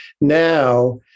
Now